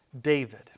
David